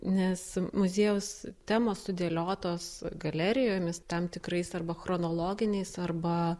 nes muziejaus temos sudėliotos galerijomis tam tikrais arba chronologiniais arba